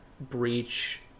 Breach